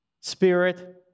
Spirit